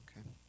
Okay